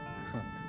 Excellent